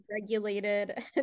regulated